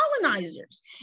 colonizers